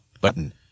Button